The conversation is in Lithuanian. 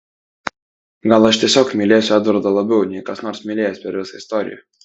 gal aš tiesiog mylėsiu edvardą labiau nei kas nors mylėjęs per visą istoriją